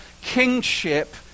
kingship